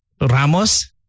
Ramos